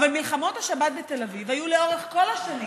אבל מלחמות השבת בתל אביב היו לאורך כל השנים,